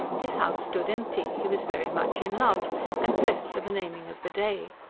his house stood empty he was very much in love and pressed for the naming of the day.